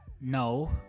no